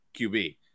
QB